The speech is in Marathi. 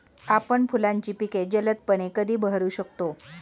आपण फुलांची पिके जलदपणे कधी बहरू शकतो?